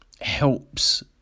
helps